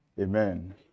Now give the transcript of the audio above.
amen